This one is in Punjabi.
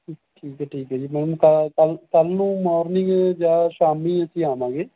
ਠੀਕ ਹੈ ਠੀਕ ਹੈ ਜੀ ਮੈਡਮ ਕੱਲ ਕੱਲ ਨੂੰ ਮੋਰਨਿੰਗ ਜਾਂ ਸ਼ਾਮੀ ਅਸੀਂ ਆਵਾਂਗੇ